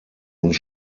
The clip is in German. uns